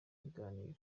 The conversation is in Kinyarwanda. biganiro